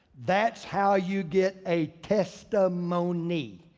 that's how you get a testimony.